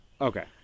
Okay